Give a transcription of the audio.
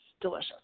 delicious